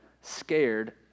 scared